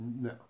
no